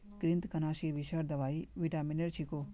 कृन्तकनाशीर विषहर दवाई विटामिनेर छिको